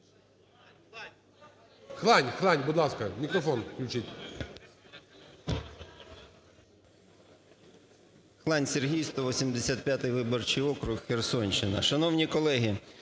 Хлань, Хлань. Будь ласка, мікрофон включіть.